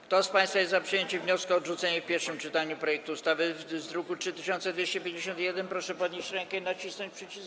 Kto z państwa jest za przyjęciem wniosku o odrzucenie w pierwszym czytaniu projektu ustawy z druku nr 3251, proszę podnieść rękę i nacisnąć przycisk.